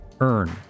earn